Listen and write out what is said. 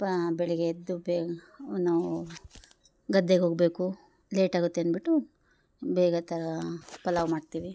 ಪ ಬೆಳಗ್ಗೆ ಎದ್ದು ಬೇಗ ನಾವು ಗದ್ದೆ ಹೋಗಬೇಕು ಲೇಟಾಗತ್ತೆ ಅಂದ್ಬಿಟ್ಟು ಬೇಗ ತಾ ಪಲಾವ್ ಮಾಡ್ತೀವಿ